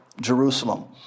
Jerusalem